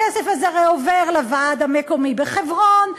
הכסף הזה הרי עובר לוועד המקומי בחברון,